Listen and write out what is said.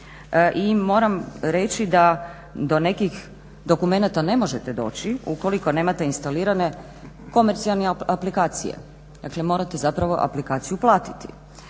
moram reći da do nekih dokumenata ne možete doći ukoliko nemate instalirane komercijalne aplikacije. Dakle, morate zapravo aplikaciju platiti.